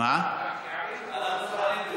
אנחנו מוכנים לזה,